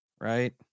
Right